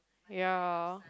ya